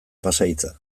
pasahitza